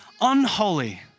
unholy